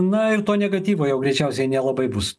na ir to negatyvo jau greičiausiai nelabai bus